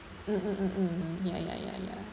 mm mm mm mm ya ya ya ya